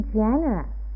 generous